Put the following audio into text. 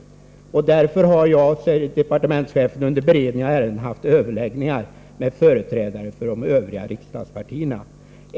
Jag har därför under beredningen av ärendet haft överläggningar med företrädare för de övriga riksdagspartierna.